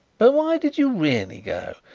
but why did you really go?